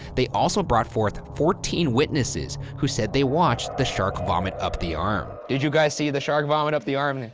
they also brought forth fourteen witnesses who said they watched the shark vomit up the arm. did you guys see the shark vomit up the arm? and